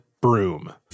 broom